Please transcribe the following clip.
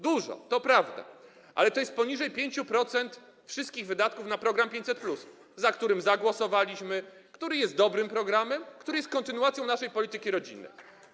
Dużo, to prawda, ale to jest poniżej 5% wszystkich wydatków na program 500+, za którym zagłosowaliśmy, który jest dobrym programem, który jest kontynuacją naszej polityki rodzinnej.